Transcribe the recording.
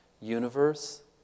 universe